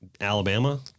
Alabama